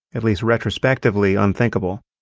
at least retrospectively, unthinkable.